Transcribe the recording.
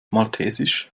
maltesisch